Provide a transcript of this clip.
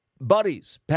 buddies